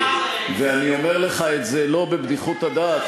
ואני אומר לך את זה לא בבדיחות הדעת,